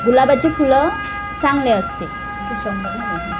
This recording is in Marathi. गुलाबाची फुलं चांगले असते ते शंभर झाले बघ